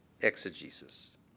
exegesis